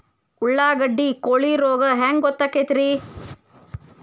ಉಳ್ಳಾಗಡ್ಡಿ ಕೋಳಿ ರೋಗ ಹ್ಯಾಂಗ್ ಗೊತ್ತಕ್ಕೆತ್ರೇ?